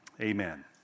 Amen